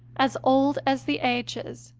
as old as the ages,